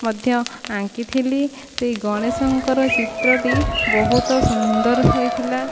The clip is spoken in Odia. ମଧ୍ୟ ଆଙ୍କିଥିଲି ସେହି ଗଣେଶଙ୍କର ଚିତ୍ରଟି ବହୁତ ସୁନ୍ଦର ହୋଇଥିଲା